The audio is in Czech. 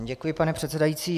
Děkuji, pane předsedající.